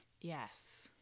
Yes